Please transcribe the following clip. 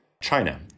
China